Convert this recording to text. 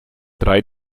drei